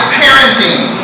parenting